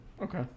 Okay